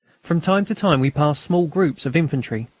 from time to time we passed small groups of infantry,